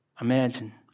Imagine